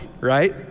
right